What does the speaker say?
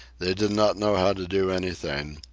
they did not know how to do anything,